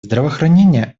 здравоохранение